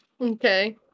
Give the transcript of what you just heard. Okay